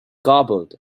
garbled